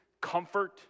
comfort